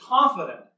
confident